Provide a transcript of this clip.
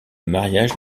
mariage